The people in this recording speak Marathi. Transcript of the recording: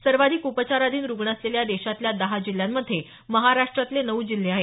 सर्वाधिक उपचाराधीन रुग्ण असलेल्या देशातल्या दहा जिल्ह्यांमध्ये महाराष्ट्रातले नऊ जिल्हे आहेत